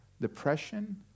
depression